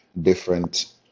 different